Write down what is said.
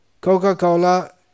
Coca-Cola